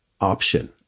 option